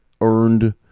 earned